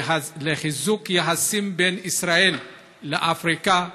לחיזוק היחסים בין ישראל לאפריקה,